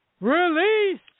Release